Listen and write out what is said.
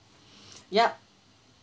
yup